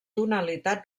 tonalitat